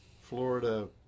Florida